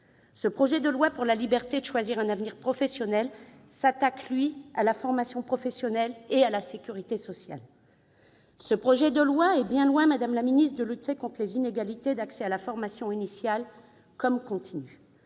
Ce projet de loi « pour la liberté de choisir un avenir professionnel » s'attaque, lui, à la formation professionnelle et à la sécurité sociale. Ce projet de loi est bien loin, madame la ministre, de lutter contre les inégalités d'accès à la formation, initiale comme continue.